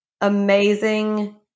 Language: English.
amazing